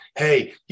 Hey